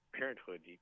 parenthood